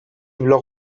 blog